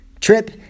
trip